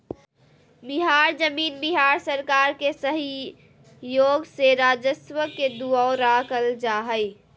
बिहार जमीन बिहार सरकार के सहइोग से राजस्व के दुऔरा करल जा हइ